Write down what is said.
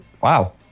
Wow